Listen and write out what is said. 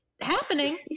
happening